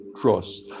trust